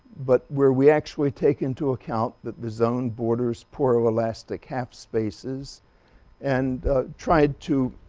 but where we actually take into account that the zone borders poroelastic half-spaces and tried to